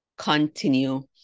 Continue